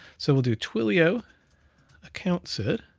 so we'll do twilio account sid,